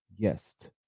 guest